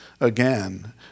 again